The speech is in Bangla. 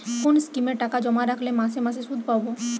কোন স্কিমে টাকা জমা রাখলে মাসে মাসে সুদ পাব?